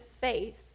faith